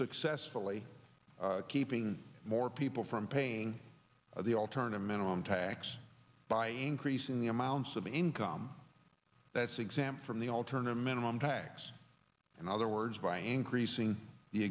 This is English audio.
successfully keeping more people from paying the alternative minimum tax by encreasing the amounts of income that's exempt from the alternative minimum tax and other words by encreasing the